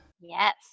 Yes